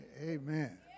Amen